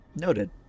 noted